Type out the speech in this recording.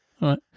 right